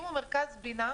הקימו מרכז בינה,